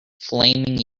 flaming